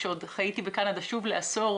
כשעוד חייתי בקנדה שוב לעשור,